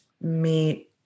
meet